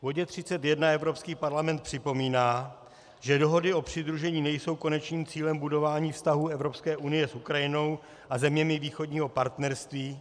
V bodě 31 Evropský parlament připomíná, že dohody o přidružení nejsou konečným cílem budování vztahů Evropské unie s Ukrajinou a zeměmi Východního partnerství.